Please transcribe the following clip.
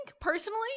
personally